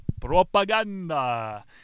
Propaganda